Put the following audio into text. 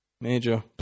Major